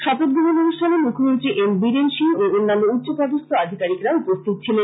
শপথগ্রহণ অনুষ্ঠানে মৃখ্যমন্ত্রী এন বীরেন সিং ও অন্যান্য উচ্চ পদস্থ আধিকারিকরা উপস্থিত ছিলেন